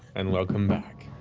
and welcome back.